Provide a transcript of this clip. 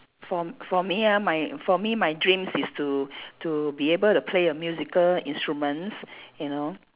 for for me ah for me my dreams is to to be able to play a musical instruments you know